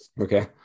okay